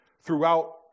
throughout